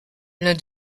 l’un